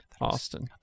Austin